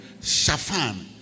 Shafan